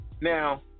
Now